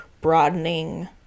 broadening